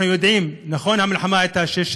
אנחנו יודעים, נכון, המלחמה נמשכה שש שנים,